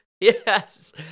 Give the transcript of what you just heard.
Yes